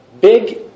big